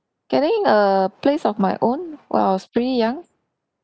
getting a place of my own when I was pretty young